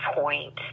point